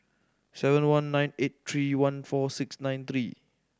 seven one nine eight three one four six nine three